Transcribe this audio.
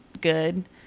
good